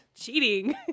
Cheating